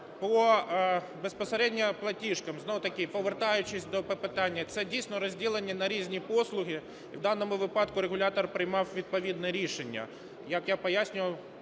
Безпосередньо по платіжках, знову-таки, повертаючись до питання, це, дійсно, розділення на різні послуги. У даному випадку регулятор приймав відповідне рішення,